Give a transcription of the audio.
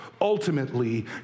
ultimately